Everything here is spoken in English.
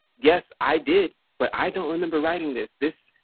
yes, i did. but i don't remember writing this, this,